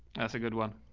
that's a good one.